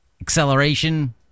acceleration